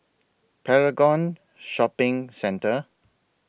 Paragon Shopping Centre